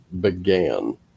began